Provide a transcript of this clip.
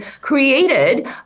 created